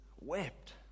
wept